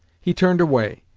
he turned away,